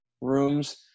rooms